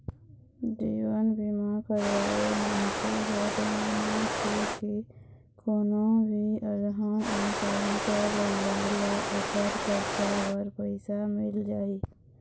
जीवन बीमा करवाए मनखे ह जानथे के कोनो भी अलहन आ जाही त परिवार ल ओखर खरचा बर पइसा मिल जाही